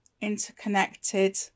interconnected